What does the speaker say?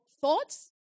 thoughts